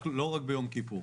לא רק ביום כיפור.